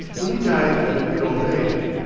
when he died at a good old age.